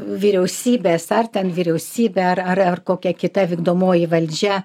vyriausybės ar ten vyriausybė ar ar ar kokia kita vykdomoji valdžia